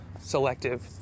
selective